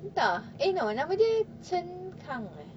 entah eh no nama dia chen kang eh